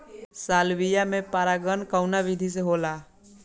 Salvia में परागण कउना विधि से होला?